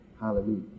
Hallelujah